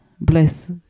bless